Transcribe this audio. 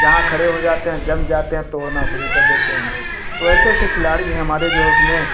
जहाँ खड़े हो जाते हैं जम जाते हैं तोड़ना शुरू देते हैं तो ऐसे ऐसे ही खिलाड़ी हैं हमारे जो हैं उसमें